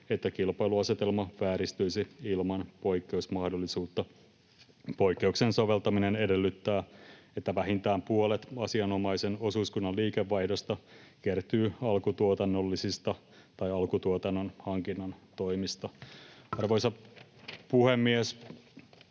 että kilpailuasetelma vääristyisi ilman poikkeusmahdollisuutta. Poikkeuksen soveltaminen edellyttää, että vähintään puolet asianomaisen osuuskunnan liikevaihdosta kertyy alkutuotannollisista tai alkutuotannon hankinnan toimista. Arvoisa puhemies!